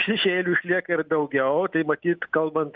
šešėlių išlieka ir daugiau tai matyt kalbant